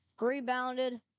Rebounded